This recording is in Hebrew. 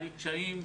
על קשיים,